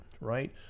right